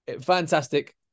fantastic